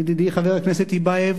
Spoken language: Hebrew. ידידי חבר הכנסת טיבייב,